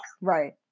Right